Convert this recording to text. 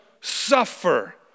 suffer